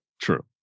True